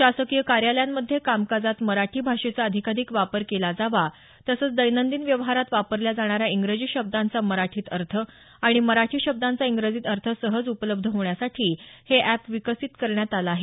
शासकीय कार्यालयांमध्ये कामकाजात मराठी भाषेचा अधिकाधिक वापर केला जावा तसंच दैनंदिन व्यवहारात वापरल्या जाणाऱ्या इंग्रजी शब्दांचा मराठीत अर्थ आणि मराठी शब्दांचा इंग्रजीत अर्थ सहज उपलब्ध होण्यासाठी हे अॅप विकसित करण्यात आलं आहे